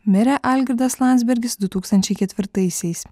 mirė algirdas landsbergis du tūkstančiai ketvirtaisiais